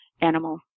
animal